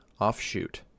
offshoot